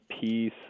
peace